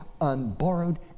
unborrowed